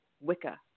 Wicca